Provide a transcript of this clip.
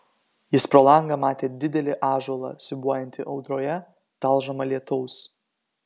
jis pro langą matė didelį ąžuolą siūbuojantį audroje talžomą lietaus